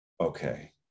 okay